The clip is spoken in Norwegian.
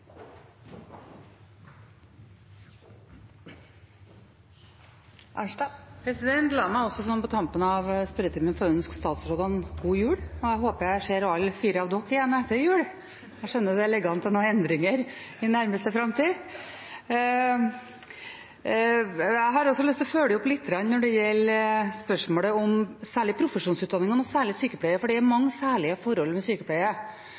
La meg på tampen av spørretimen få ønske statsrådene god jul. Jeg håper at jeg ser dere alle igjen etter jul – jeg skjønner at det ligger an til noen endringer i nærmeste framtid. Jeg har lyst til å følge opp litt når det gjelder profesjonsutdanningene og særlig sykepleierutdanningen, for det er mange særlige forhold